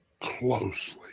closely